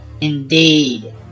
Indeed